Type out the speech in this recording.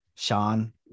Sean